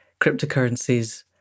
cryptocurrencies